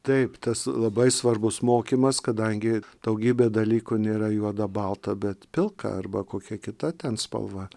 taip tas labai svarbus mokymas kadangi daugybė dalykų nėra juoda balta bet pilka arba kokia kita ten spalva